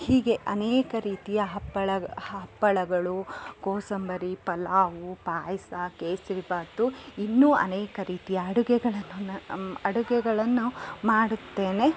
ಹೀಗೆ ಅನೇಕ ರೀತಿಯ ಹಪ್ಪಳ ಹಪ್ಪಳಗಳು ಕೋಸಂಬರಿ ಪಲಾವು ಪಾಯಸ ಕೇಸರಿ ಬಾತು ಇನ್ನೂ ಅನೇಕ ರೀತಿಯ ಅಡುಗೆಗಳನ್ನು ನಾವು ಅಡುಗೆಗಳನ್ನು ಮಾಡುತ್ತೇನೆ